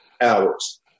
hours